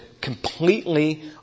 completely